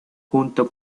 junto